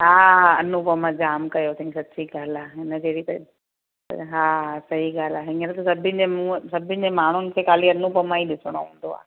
हा हा अनुपमा जाम कयो तईं सच्ची ॻाल्हि आहे हिन जहिड़ी त हा सही ॻाल्हि आहे हीअंर त सभिनि जे मुंह सभिनि जे माण्हूनि खे ख़ाली अनुपमा ई ॾिसणो हूंदो आहे